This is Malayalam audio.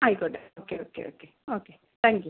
ആയിക്കോട്ടെ okay okay okay okay thank U